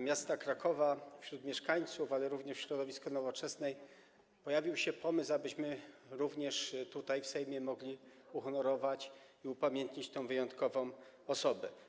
miasta Krakowa, wśród mieszkańców, ale również w środowisku Nowoczesnej pojawił się pomysł, abyśmy też tutaj, w Sejmie, mogli uhonorować i upamiętnić tę wyjątkową osobę.